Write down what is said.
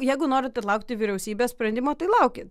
jeigu norit ir laukti vyriausybės sprendimo tai laukit